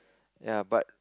ya but